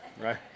right